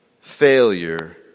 failure